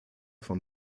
von